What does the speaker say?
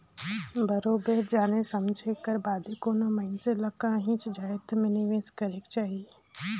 बरोबेर जाने समुझे कर बादे कोनो मइनसे ल काहींच जाएत में निवेस करेक जाही